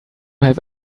have